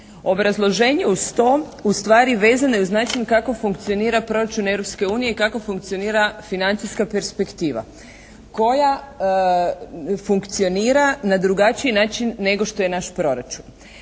Obrazloženje uz to ustvari vezano je uz način kako funkcionira proračun Europske unije i kako funkcionira financijska perspektiva koja funkcionira na drugačiji način nego što je naš proračun.